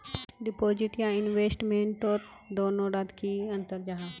Deposit या investment तोत दोनों डात की अंतर जाहा?